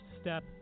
step